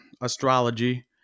astrology